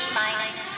minus